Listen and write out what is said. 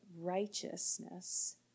righteousness